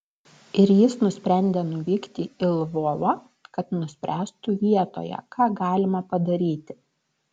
ir jis nusprendė nuvykti į lvovą kad nuspręstų vietoje ką galima padaryti